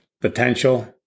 potential